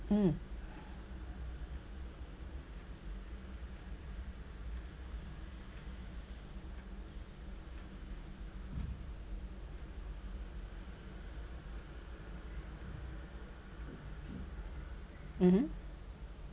mm mmhmm